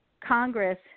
Congress